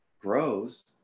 grows